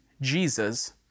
Jesus